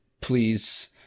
please